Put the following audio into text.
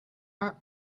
are